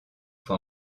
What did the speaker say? fois